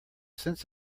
sense